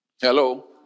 Hello